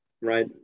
right